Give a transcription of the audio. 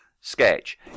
sketch